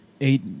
eight